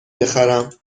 بخرم